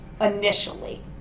initially